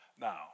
Now